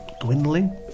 dwindling